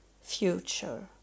future